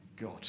God